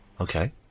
Okay